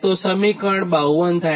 તો આ સમીકરણ 52 થાય